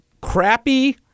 crappy